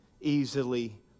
easily